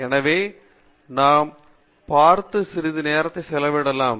எனவே நாம் அடிப்படைகளை பார்த்து சிறிது நேரத்தை செலவிடலாம்